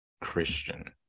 Christian